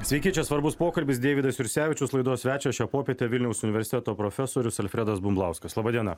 sveiki čia svarbus pokalbis deividas jursevičius laidos svečias šią popietę vilniaus universiteto profesorius alfredas bumblauskas laba diena